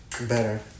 better